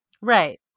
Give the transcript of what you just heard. Right